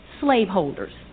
slaveholders